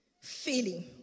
feeling